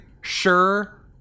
Sure